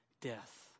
death